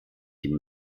die